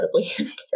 incredibly